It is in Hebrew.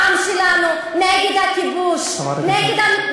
אני נאלץ לקרוא אותך לסדר בפעם השנייה.